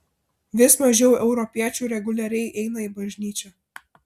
vis mažiau europiečių reguliariai eina į bažnyčią